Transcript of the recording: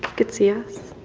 could see us?